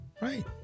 Right